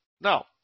Now